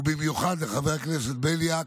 ובמיוחד לחבר הכנסת בליאק,